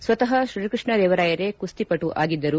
ಸ್ವತಃ ಶ್ರೀಕೃಷ್ಣದೇವರಾಯರೇ ಕುಸ್ತಿಪಟು ಆಗಿದ್ದರು